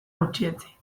gutxietsi